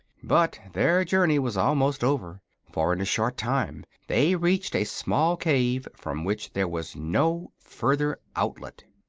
but their journey was almost over, for in a short time they reached a small cave from which there was no further outlet.